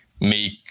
make